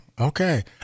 Okay